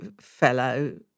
fellow